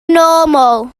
normal